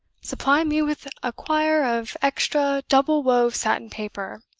supply me with a quire of extra double-wove satin paper,